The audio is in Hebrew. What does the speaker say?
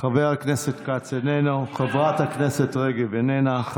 חבר הכנסת כץ, איננו, חברת הכנסת רגב, איננה.